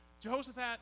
Jehoshaphat